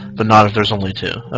but not if there's only two